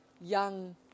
young